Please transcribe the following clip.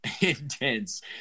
intense